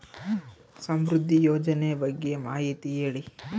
ಸಮೃದ್ಧಿ ಯೋಜನೆ ಬಗ್ಗೆ ಮಾಹಿತಿ ಹೇಳಿ?